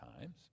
times